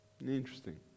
Interesting